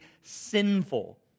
sinful